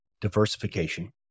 diversification